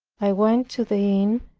i went to the inn,